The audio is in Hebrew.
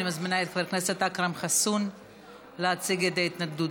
אני מזמינה את חבר הכנסת אכרם חסון להציג את ההתנגדות.